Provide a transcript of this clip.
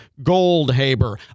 Goldhaber